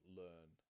learn